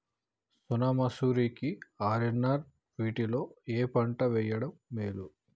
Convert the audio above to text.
సోనా మాషురి కి ఆర్.ఎన్.ఆర్ వీటిలో ఏ పంట వెయ్యడం మేలు?